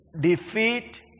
defeat